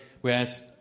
whereas